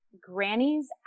Granny's